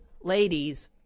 ladies